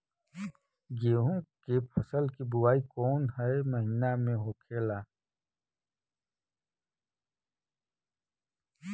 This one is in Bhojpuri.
गेहूँ के फसल की बुवाई कौन हैं महीना में होखेला?